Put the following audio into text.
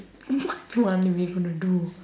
what do you are we gonna do